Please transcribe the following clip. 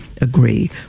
agree